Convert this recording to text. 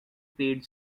paid